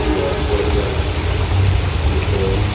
North Korea Ukraine